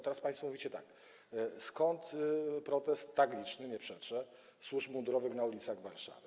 Teraz państwo mówicie, pytacie, skąd protest tak liczny, nie przeczę, służb mundurowych na ulicach Warszawy.